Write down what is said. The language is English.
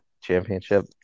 Championship